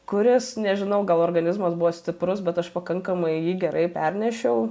kuris nežinau gal organizmas buvo stiprus bet aš pakankamai jį gerai pernešiau